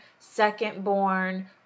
secondborn